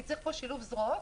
כי צריך פה שילוב זרועות,